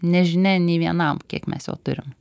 nežinia nei vienam kiek mes jo turim